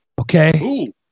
Okay